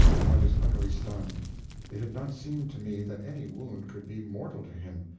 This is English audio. i was utterly stunned it had not seemed to me that any wound could be mortal to him.